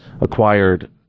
acquired